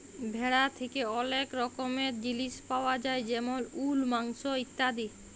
ভেড়া থ্যাকে ওলেক রকমের জিলিস পায়া যায় যেমল উল, মাংস ইত্যাদি